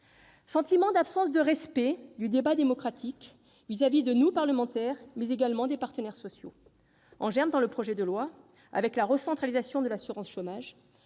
sentiment d'absence de respect du débat démocratique, vis-à-vis de nous, parlementaires, mais également des partenaires sociaux. Cette absence de respect est en germe dans le projet de loi, avec la recentralisation de l'assurance chômage,